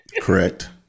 Correct